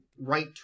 right